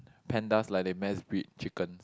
pandas like they mass breed chicken